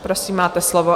Prosím, máte slovo.